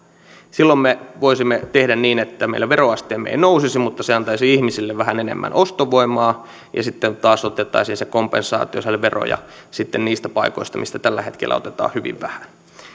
silloin me voisimme tehdä niin että meidän veroasteemme ei nousisi mutta se antaisi ihmisille vähän enemmän ostovoimaa ja sitten otettaisiin se kompensaatio eli veroja niistä paikoista mistä tällä hetkellä otetaan hyvin vähän